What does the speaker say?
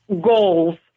goals